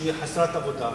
שהיא חסרת עבודה.